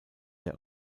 der